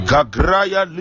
Gagraya